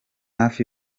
hafi